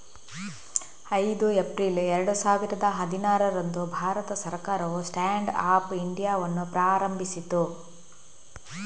ಐದು ಏಪ್ರಿಲ್ ಎರಡು ಸಾವಿರದ ಹದಿನಾರರಂದು ಭಾರತ ಸರ್ಕಾರವು ಸ್ಟ್ಯಾಂಡ್ ಅಪ್ ಇಂಡಿಯಾವನ್ನು ಪ್ರಾರಂಭಿಸಿತು